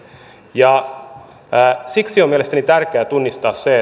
siksi on mielestäni tärkeää tunnistaa se